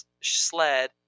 sled